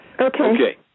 Okay